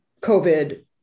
COVID